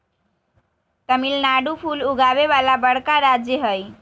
तमिलनाडु फूल उगावे वाला बड़का राज्य हई